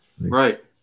Right